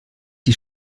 die